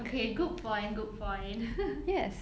okay good point good point